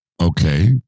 Okay